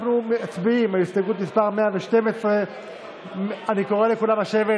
אנחנו מצביעים על הסתייגות מס' 112. אני קורא לכולם לשבת,